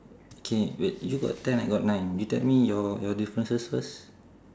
K wait you got ten I got nine you tell me your your differences first